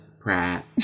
Pratt